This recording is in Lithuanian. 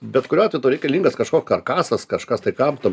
bet kuriuo atveju tau reikalingas kažkok karkasas kažkas tai kam tau